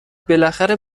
بالاخره